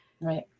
Right